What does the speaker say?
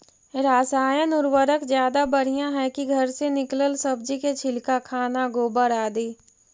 रासायन उर्वरक ज्यादा बढ़िया हैं कि घर से निकलल सब्जी के छिलका, खाना, गोबर, आदि?